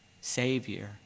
Savior